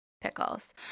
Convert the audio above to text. pickles